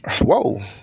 Whoa